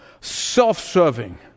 self-serving